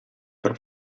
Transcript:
per